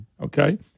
Okay